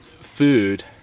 food